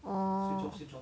orh